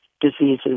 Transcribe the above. diseases